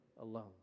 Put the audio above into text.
alone